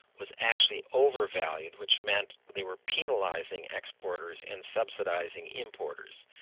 was actually over-valued, which meant they were penalising exporters and subsidising importers.